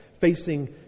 facing